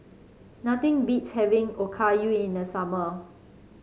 nothing beats having Okayu in the summer